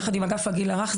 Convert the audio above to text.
יחד עם אגף הגיל הרך,